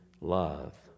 love